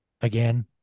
Again